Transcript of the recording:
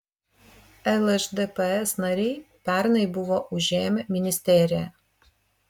lšdps nariai pernai buvo užėmę ministeriją